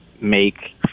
make